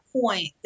point